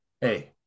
Hey